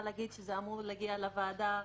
להגיד שזה אמור להגיע לוועדה בקרוב.